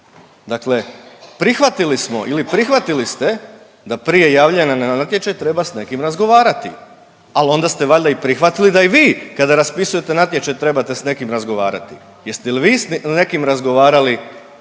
Dakle, prihvatili smo ili prihvatili ste da prije javljanja na natječaj treba s nekim razgovarati, al onda ste valjda i prihvatili da i vi kada raspisujete natječaj trebate s nekim razgovarati. Jeste li vi s nekim razgovarali